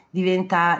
diventa